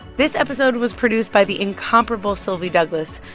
this episode was produced by the incomparable sylvie douglis.